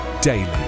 daily